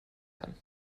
kann